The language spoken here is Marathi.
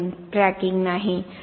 क्रॅकिंग नाही